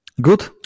Good